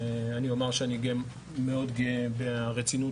אני אומר שאני גם מאוד גאה ברצינות